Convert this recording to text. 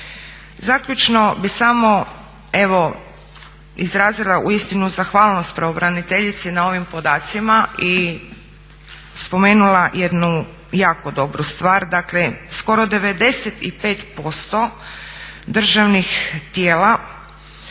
Zaključno bih samo evo izrazila uistinu zahvalnost pravobraniteljici na ovim podacima i spomenula jednu jako dobru stvar. Dakle, skoro 95% državnih tijela